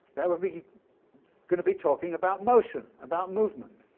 that we'll be going to be talking about motion, about movement,